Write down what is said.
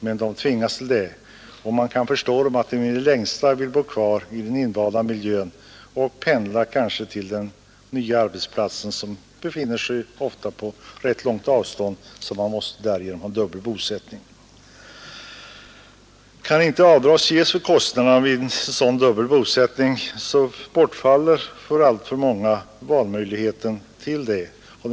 Men de tvingas till detta, och man kan förstå att de i det längsta vill bo kvar i sin miljö och kanske pendla till den nya arbetsplatsen som ofta befinner sig på rätt långt avstånd, varför det måste bli dubbel bosättning. Kan inte avdrag beviljas för kostnaderna vid en sådan dubbel bosättning bortfaller för allt för många valmöjligheten härvidlag.